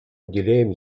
уделяем